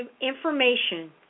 information